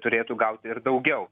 turėtų gauti ir daugiau